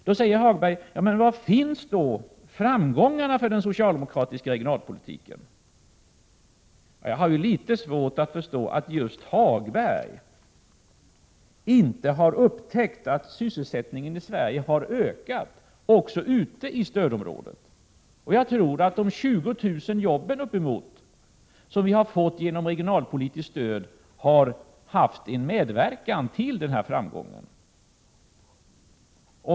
Lars-Ove Hagberg frågar var framgångarna för den socialdemokratiska regionalpolitiken finns någonstans. Jag har litet svårt att förstå att just Hagberg inte har upptäckt att sysselsättningen i Sverige har ökat, även ute i stödområdet. De uppemot 20 000 arbetstillfällen som vi har fått genom regionalpolitiskt stöd har förmodligen medverkat till denna framgång.